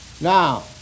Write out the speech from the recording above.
Now